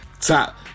Top